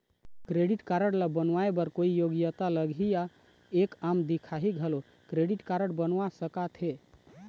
Credit card ला बनवाए बर कोई योग्यता लगही या एक आम दिखाही घलो क्रेडिट कारड बनवा सका थे?